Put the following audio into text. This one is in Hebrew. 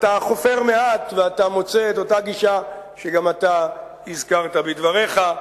אתה חופר מעט ואתה מוצא את אותה גישה שגם אתה הזכרת בדבריך.